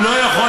לא משקיעים,